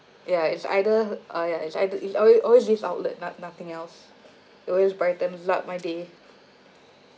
ya it's either uh ya it's either always always this outlet not~ nothing else it always buys times up my day